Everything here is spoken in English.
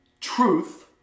truth